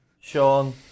Sean